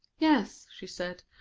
yes, she said,